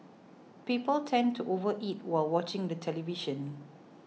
people tend to overeat while watching the television